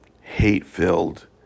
hate-filled